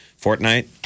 Fortnite